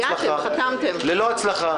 ללא הצלחה.